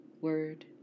word